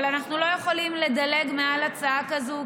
אבל אנחנו לא יכולים לדלג מעל הצעה כזאת,